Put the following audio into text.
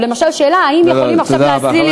למשל השאלה: האם יכולים עכשיו להסליל ילדים עניים?